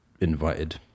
invited